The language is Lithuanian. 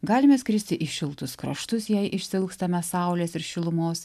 galime skristi į šiltus kraštus jei išsiilgstame saulės ir šilumos